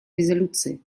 резолюции